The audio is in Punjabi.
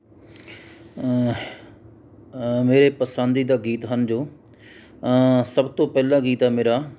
ਮੇਰੇ ਪਸੰਦੀਦਾ ਗੀਤ ਹਨ ਜੋ ਸਭ ਤੋਂ ਪਹਿਲਾ ਗੀਤ ਹੈ ਮੇਰਾ